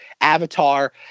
Avatar